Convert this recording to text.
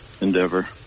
endeavor